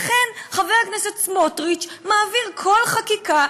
לכן חבר הכנסת סמוטריץ מעביר כל חקיקה,